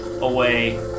away